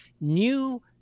new